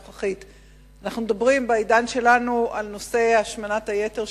אנחנו מדברים בעידן שלנו על השמנת היתר,